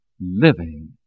living